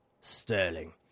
sterling